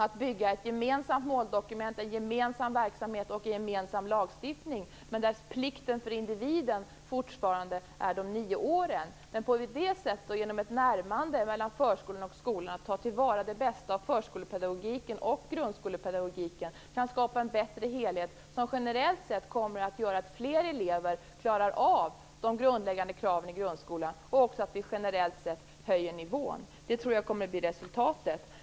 Vi vill ha ett gemensamt måldokument, en gemensam verksamhet och en gemensam lagstiftning, där plikten för individen fortfarande omfattar nio år. På det sättet och genom ett närmande mellan förskola och skola, där man tar till vara det bästa av förskolepedagogiken och grundskolepedagogiken, kan vi skapa en bättre helhet som generellt sett kommer att göra att fler elever klarar av de grundläggande kraven i grundskolan. Då kan vi också generellt sett höja nivån. Det tror jag kommer att bli resultatet.